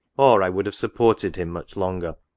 or i would have supported him much longer.